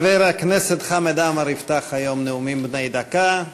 חבר הכנסת חמד עמאר יפתח היום נאומים בני דקה.